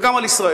וגם על ישראל.